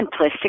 simplistic